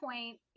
point